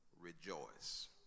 rejoice